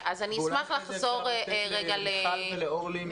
אולי כדאי לשמוע את מיכל מנקס ואת אורלי לוי מתוכנית קרב.